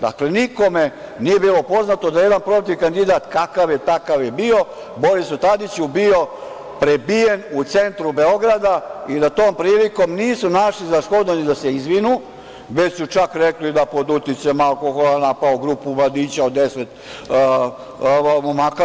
Dakle, nikom nije bilo poznato da je jedan protivkandidat, kakav je – takav je, Borisu Tadiću bio prebijen u centru Beograda i da tom prilikom nisu našli za shodno da se izvine, već su čak rekli da je pod uticajem alkohola napao grupu mladića od deset momaka.